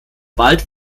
bald